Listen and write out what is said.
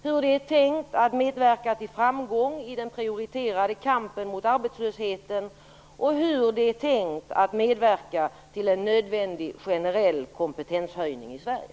Hur är det tänkt att det skall medverka till framgång i den prioriterade kampen mot arbetslösheten och till en nödvändig generell kompetenshöjning i Sverige?